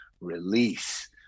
release